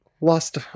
lost